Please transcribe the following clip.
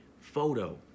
photo